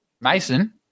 Mason